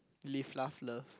live laugh love